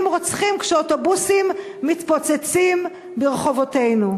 רוצחים כשאוטובוסים מתפוצצים ברחובותינו?